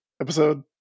episode